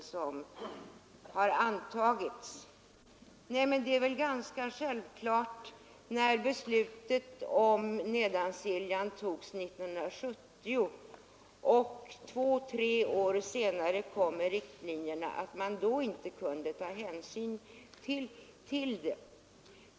Ja, det är väl ganska självklart att man inte kunde göra det, med tanke på att beslutet om Nedansiljans domsaga Nr 67 fattades 1970 medan de nämnda riktlinjerna inte tillkom förrän två till Torsdagen den tre år senare.